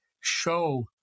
show